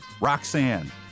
Roxanne